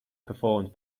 performed